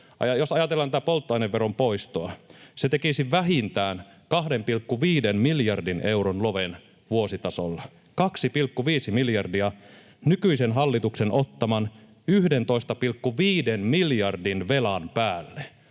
Jos ajatellaan tätä polttoaineveron poistoa, se tekisi vähintään 2,5 miljardin euron loven vuositasolla — 2,5 miljardia nykyisen hallituksen ottaman 11,5 miljardin velan päälle.